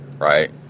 right